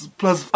plus